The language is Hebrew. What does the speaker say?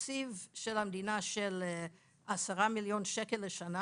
בתקציב של המדינה של 10 מיליון שקל לשנה